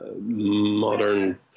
modern